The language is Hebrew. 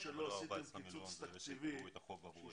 ולא 14 מיליון הם אלה שיסגרו את החוב עבור ילדינו.